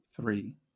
three